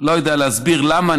אני לא יודע להסביר למה,